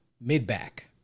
mid-back